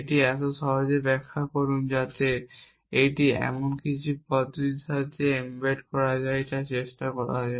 এটি এত সহজে ব্যাখ্যা করুন যাতে এটি এমন কিছু পদ্ধতিতে এমবেড করার চেষ্টা করা হয়